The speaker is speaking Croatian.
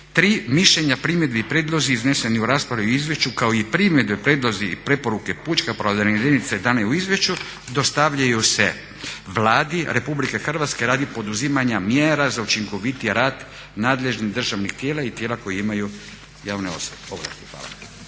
3. Mišljenje, primjedbe i prijedlozi izneseni u raspravi o izvješću kao i primjedbe, prijedlozi i preporuke pučke pravobraniteljice dani u izvješću dostavljaju se Vladi RH radi poduzimanja mjera za učinkovitiji rad nadležnih državnih tijela i tijela koja imaju javne ovlasti. Hvala.